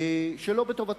שלא בטובתו.